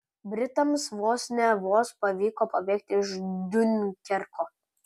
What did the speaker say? britams vos ne vos pavyko pabėgti iš diunkerko